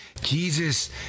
Jesus